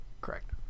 Correct